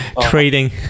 trading